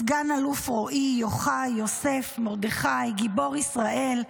סגן אלוף רועי יוחאי יוסף מרדכי, גיבור ישראל,